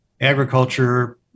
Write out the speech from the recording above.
agriculture